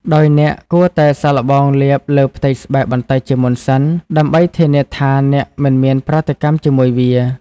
ដោយអ្នកគួរតែសាកល្បងលាបលើផ្ទៃស្បែកបន្តិចជាមុនសិន ដើម្បីធានាថាអ្នកមិនមានប្រតិកម្មជាមួយវា។